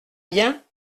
bien